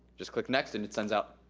just click next and it sends out.